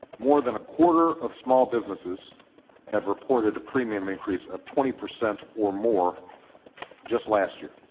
more than a quarter of small businesses have reported a premium increase of twenty percent or more just last year